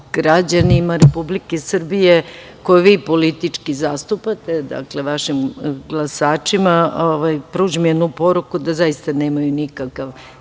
građanima Republike Srbije koje vi politički zastupate, vašim glasačima, pružim jednu poruku da zaista nemaju nikakav